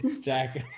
Jack